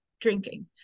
drinking